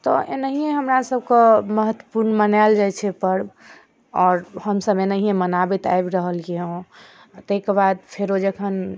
तऽ एनाहिये हमरा सबके महत्वपूर्ण मनायल जाइ छै पर्ब आओर हमसब एनाहिये मनाबैत आबि रहलियै हँ ताहिके बाद फेरो जखन